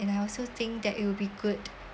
and I also think that it will be good